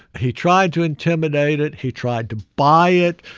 he tried to intimidate it. he tried to buy it.